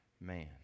man